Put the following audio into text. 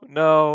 no